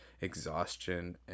exhaustion